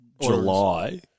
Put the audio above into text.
July